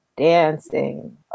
dancing